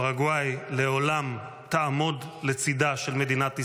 פרגוואי לעולם תעמוד לצידה של מדינת ישראל.